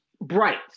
bright